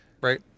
Right